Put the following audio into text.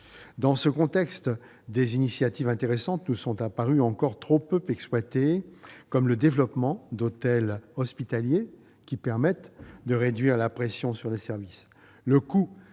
Dans ce contexte, des initiatives intéressantes nous sont apparues encore trop peu exploitées, comme le développement d'hôtels hospitaliers permettant de réduire la pression sur les services.